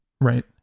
Right